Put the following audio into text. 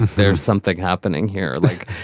there's something happening here. like,